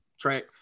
track